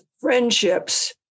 friendships